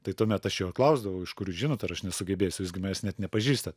tai tuomet aš jo ir klausdavau iš kur jūs žinot ar aš nesugebėsiu jūs gi manęs net nepažįstat